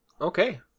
okay